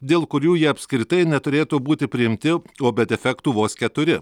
dėl kurių jie apskritai neturėtų būti priimti o bet efektų vos keturi